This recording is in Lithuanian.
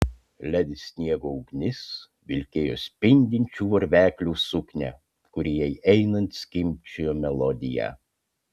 ledi sniego ugnis vilkėjo spindinčių varveklių suknią kuri jai einant skimbčiojo melodiją